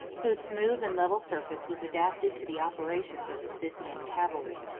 whose smooth and level surface was adapted to the operations of his scythian cavalry.